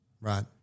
Right